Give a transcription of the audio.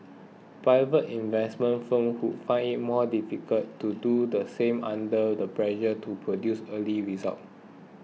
private investment firms would find it more difficult to do the same under the pressure to produce early results